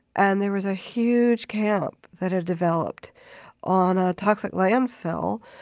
and there was a huge camp that had developed on a toxic landfill,